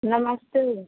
नमस्ते